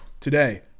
today